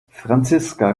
franziska